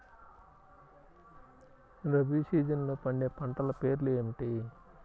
రబీ సీజన్లో పండే పంటల పేర్లు ఏమిటి?